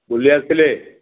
ବୁଲି ଆସିଥିଲେ